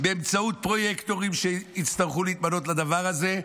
באמצעות פרויקטורים שיצטרכו להתמנות לדבר הזה,